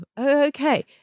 okay